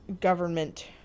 government